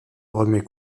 remuaient